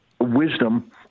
wisdom